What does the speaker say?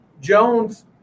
Jones